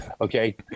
Okay